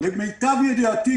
למיטב ידיעתי,